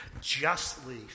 justly